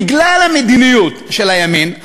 בגלל המדיניות של הימין,